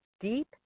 deep